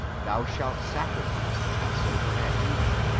thou shalt sacrifice the passover at even,